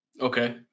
Okay